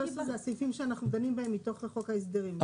הסעיפים שאנחנו דנים בהם מתוך חוק ההסדרים.